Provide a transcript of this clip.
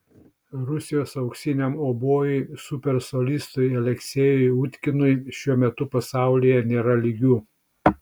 rusijos auksiniam obojui super solistui aleksejui utkinui šiuo metu pasaulyje nėra lygių